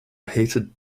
hated